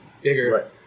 bigger